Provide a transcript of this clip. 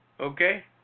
Okay